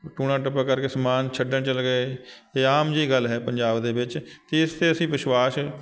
ਟੂਣਾ ਟੱਪਾ ਕਰਕੇ ਸਮਾਨ ਛੱਡਣ ਚਲੇ ਗਏ ਅਤੇ ਆਮ ਜਿਹੀ ਗੱਲ ਹੈ ਪੰਜਾਬ ਦੇ ਵਿੱਚ ਕਿ ਇਸ 'ਤੇ ਅਸੀਂ ਵਿਸ਼ਵਾਸ਼